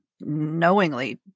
knowingly